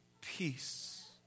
peace